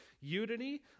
unity